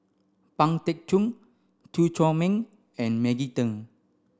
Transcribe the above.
Pang Teck Joon Chew Chor Meng and Maggie Teng